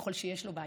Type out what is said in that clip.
ככל שיש לו בית,